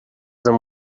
them